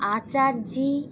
আচার্যি